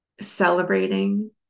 celebrating